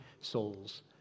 souls